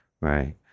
right